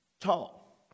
Tall